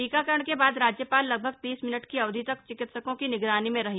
टीकाकरण के बाद राज्यपाल लगभग तीस मिनट की अवधि तक चिकित्सकों की निगरानी में रहीं